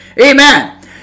Amen